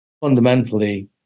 fundamentally